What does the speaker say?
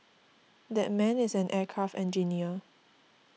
that man is an aircraft engineer